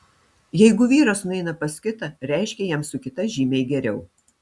jeigu vyras nueina pas kitą reiškia jam su kita žymiai geriau